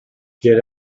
get